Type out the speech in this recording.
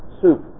soup